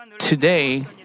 Today